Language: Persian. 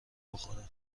بخوره